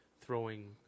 throwing